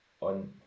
on